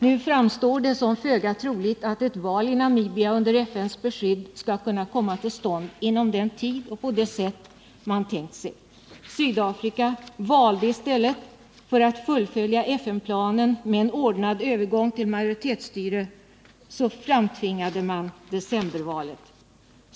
Nu framstår det som föga troligt att ett val i Namibia under FN:s beskydd kan komma till stånd inom den tid och på det sätt som man tänkt sig. I stället för att fullfölja FN-planen med en ordnad övergång till majoritetsstyre valde Sydafrika att framtvinga decembervalet.